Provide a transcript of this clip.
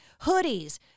hoodies